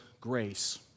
grace